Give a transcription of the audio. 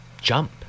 jump